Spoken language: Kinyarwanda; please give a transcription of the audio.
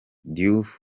diouf